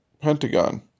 Pentagon